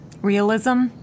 Realism